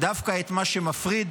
דווקא את מה שמפריד